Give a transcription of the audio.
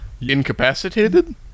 incapacitated